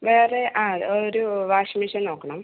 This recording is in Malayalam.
വേറെ ആ ഒരു വാഷിംഗ് മെഷീൻ നോക്കണം